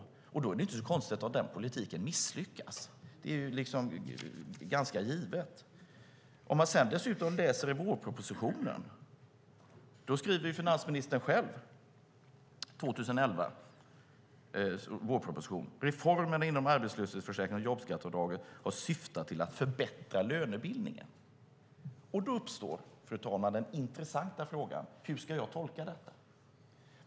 Och då är det inte så konstigt om politiken misslyckas. Det är ganska givet. Man kan dessutom läsa vad finansministern själv skrev i vårpropositionen 2011: Reformen inom arbetslöshetsförsäkringen och jobbskatteavdraget har syftat till att förbättra lönebildningen. Då uppstår den intressanta frågan: Hur ska jag tolka detta?